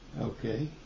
Okay